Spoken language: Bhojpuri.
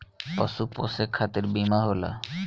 पशु पोसे खतिर बीमा होला